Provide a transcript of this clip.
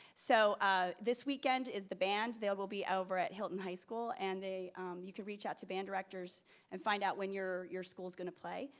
so this weekend is the band they will be over at hylton high school and they you can reach out to band directors and find out when your your school is gonna play.